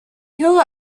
hill